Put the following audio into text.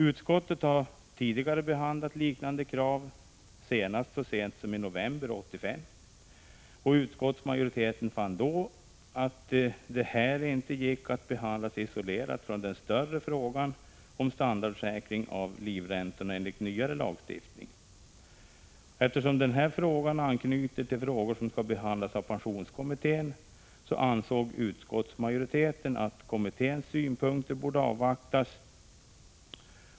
Utskottet har tidigare behandlat liknande krav — senast i november 1985. Utskottsmajoriteten fann då att det inte gick att behandla detta krav isolerat från den större frågan om standardsänkning av livräntorna enligt nyare lagstiftning. Eftersom denna fråga anknyter till frågor som skall behandlas av pensionskommittén ansåg utskottsmajoriteten att kommitténs synpunkter borde avvaktas.